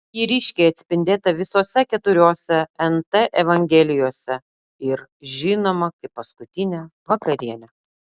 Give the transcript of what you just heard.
ji ryškiai atspindėta visose keturiose nt evangelijose ir žinoma kaip paskutinė vakarienė